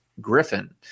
Griffin